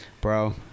Bro